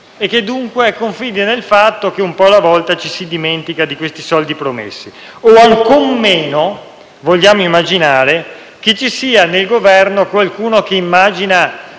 e dunque nel fatto che un po' alla volta ci si dimentica di questi soldi promessi. Ancor meno vogliamo immaginare che ci sia nel Governo qualcuno che immagini